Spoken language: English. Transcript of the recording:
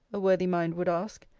a worthy mind would ask,